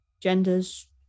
genders